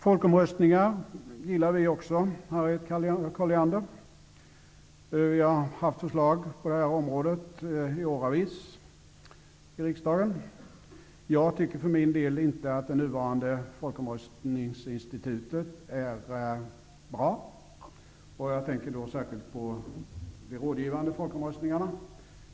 Folkomröstningar gillar vi också, Harriet Colliander. Vi har haft förslag på detta område åravis i riksdagen. Jag tycker för min del inte att det nuvarande folkomröstningsinstitutet är bra. Jag tänker då särskilt på de rådgivande folkomröstningarna.